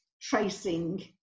tracing